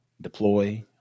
deploy